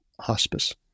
hospice